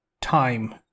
time